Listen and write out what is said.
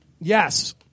Yes